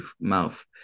mouth